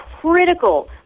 critical